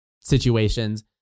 situations